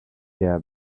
their